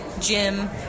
gym